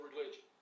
religion